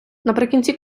наприкінці